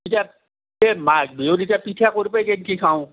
এতিয়াএ মাঘ বিহুত এতিয়া পিঠা কৰি বা কেনেকৈ খাওঁ